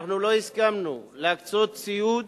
אנחנו לא הסכמנו להקצות ציוד